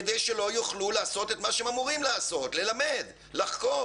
כדי שלא יוכלו לעשות את מה שהם אמורים לעשות ללמד ולחקור.